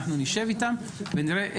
אנחנו נשב איתם ונראה,